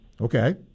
Okay